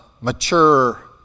mature